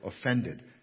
offended